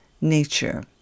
nature